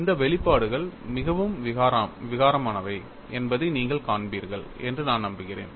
இந்த வெளிப்பாடுகள் மிகவும் விகாரமானவை என்பதை நீங்கள் காண்பீர்கள் என்று நான் நம்புகிறேன்